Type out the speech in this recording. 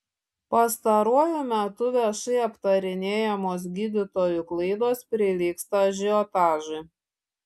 pastaruoju metu viešai aptarinėjamos gydytojų klaidos prilygsta ažiotažui